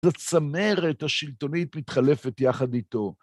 זאת צמרת השלטונית מתחלפת יחד איתו.